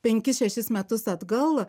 penkis šešis metus atgal